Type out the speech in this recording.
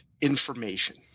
information